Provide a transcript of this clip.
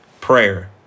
Prayer